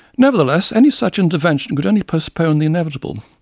nevertheless, any such intervention could only postpone the inevitable.